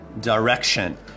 direction